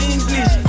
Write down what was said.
English